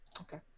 Okay